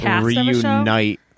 reunite